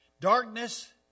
darkness